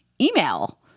email